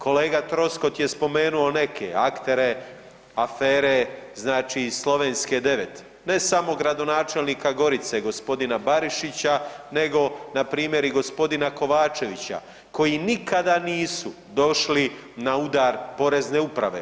Kolega Troskot je spomenuo neke aktere afere znači iz Slovenske 9. Ne samo gradonačelnika Gorice g. Barišića, nego npr. i g. Kovačevića koji nikada nisu došli na udar porezne uprave.